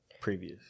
previous